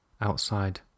outside